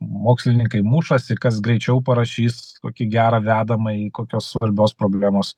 mokslininkai mušasi kas greičiau parašys kokį gerą vedamąjį kokios svarbios problemos